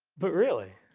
but really